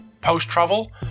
post-travel